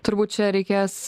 turbūt čia reikės